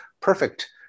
perfect